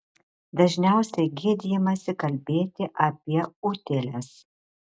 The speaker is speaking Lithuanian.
dažniausiai gėdijamasi kalbėti apie utėles